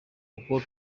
kuko